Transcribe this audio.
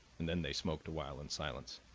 and then they smoked a while in silence.